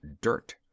dirt